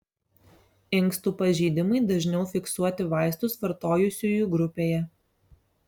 inkstų pažeidimai dažniau fiksuoti vaistus vartojusiųjų grupėje